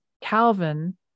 Calvin